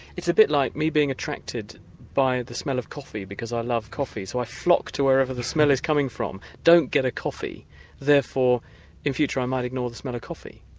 it's a bit like me being attracted by the smell of coffee because i love coffee, so i flock to wherever the smell is coming from, don't get a coffee, and therefore in future i might ignore the smell of coffee.